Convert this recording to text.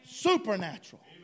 supernatural